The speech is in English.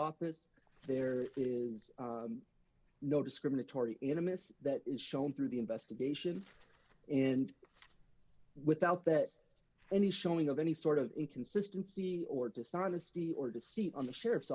office there is no discriminatory intimacy that is shown through the investigation and without that any showing of any sort of inconsistency or dishonesty or to seat on the sheriff's